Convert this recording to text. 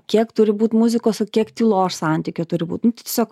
kiek turi būt muzikos o kiek tylos santykiu turi būt nu tiesiog